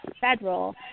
federal